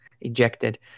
ejected